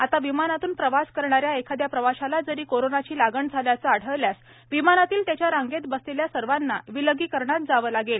आता विमानातून प्रवास करणाऱ्या एखादया प्रवाशाला जरी कोरोनाची लागण झाल्याचं आढळल्यास विमानातील त्याच्या रांगेत बसलेल्या सर्वांना विलगीकरणात जावं लागणार आहे